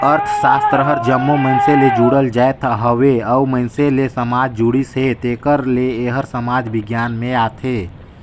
अर्थसास्त्र हर जम्मो मइनसे ले जुड़ल जाएत हवे अउ मइनसे ले समाज जुड़िस हे तेकर ले एहर समाज बिग्यान में आथे